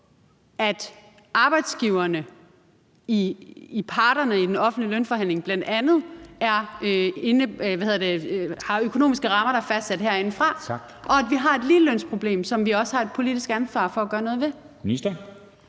at parterne i de offentlige lønforhandlinger bl.a. har økonomiske rammer, der er fastsat af Folketinget, og at vi har et ligelønsproblem, som vi også har et politisk ansvar for at gøre noget ved.